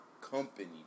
company